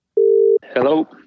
Hello